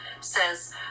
says